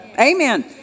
Amen